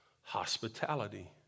hospitality